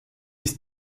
ist